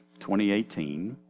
2018